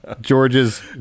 George's